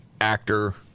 actor